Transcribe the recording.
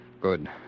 Good